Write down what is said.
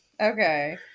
Okay